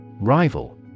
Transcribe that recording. Rival